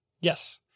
Yes